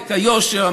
היושר,